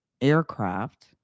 aircraft